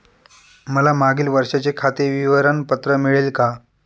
मला मागील वर्षाचे खाते विवरण पत्र मिळेल का?